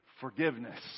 forgiveness